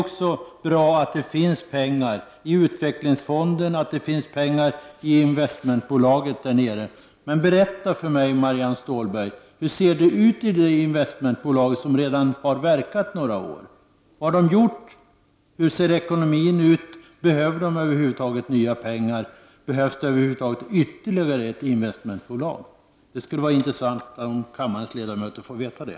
Det är bra att det finns pengar i utvecklingsfonden och i investmentbolagen. Men berätta för mig, Marianne Stålberg, hur det ser ut i de investmentbolag som redan har verkat några år. Vad har de gjort? Hur ser ekonomin ut? Behöver det satsas nya pengar? Behövs det över huvud taget ytterligare ett investmentbolag? Det skulle vara intressant för kammarens ledamöter att få veta det.